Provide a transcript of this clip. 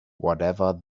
whatever